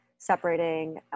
separating